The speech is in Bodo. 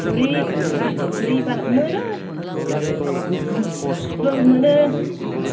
थुरि थुरि बा मोनो सुल मोनो